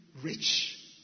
rich